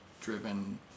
driven